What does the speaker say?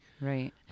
Right